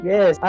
Yes